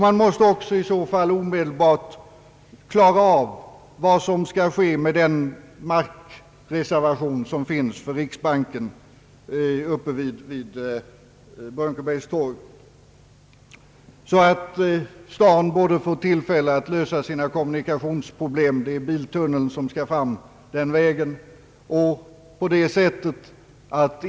Man måste också i så fall klara av frågan om den markreservation som finns för riksbanken uppe vid Brunkebergstorg, så att staden får tillfälle att lösa sina kommunikationsproblem. Det är biltunneln som skall fram den vägen.